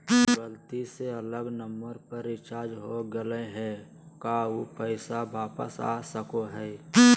गलती से अलग नंबर पर रिचार्ज हो गेलै है का ऊ पैसा वापस आ सको है?